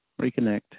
Reconnect